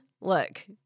look